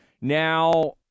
Now